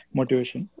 motivation